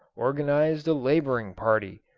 organised a labouring party,